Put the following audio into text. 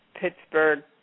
Pittsburgh